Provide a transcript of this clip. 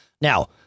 now